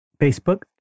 Facebook